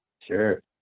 sure